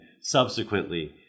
subsequently